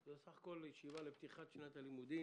זו בסך הכול ישיבה לפתיחת שנת הלימודים.